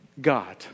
God